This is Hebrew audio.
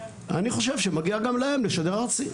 אני חושב שמגיע גם להן לשדר ארצי.